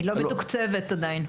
היא לא מתוקצבת עדיין.